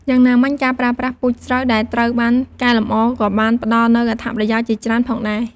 យ៉ាងណាមិញការប្រើប្រាស់ពូជស្រូវដែលត្រូវបានកែលម្អ ក៏បានផ្ដល់នូវអត្ថប្រយោជន៍ជាច្រើនផងដែរ។